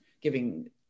giving